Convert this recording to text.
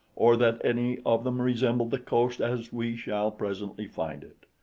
or that any of them resemble the coast as we shall presently find it.